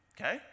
okay